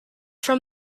from